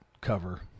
cover